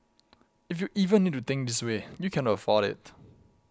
if you even need to think this way you cannot afford it